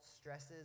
stresses